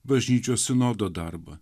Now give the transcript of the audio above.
bažnyčios sinodo darbą